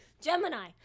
Gemini